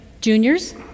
juniors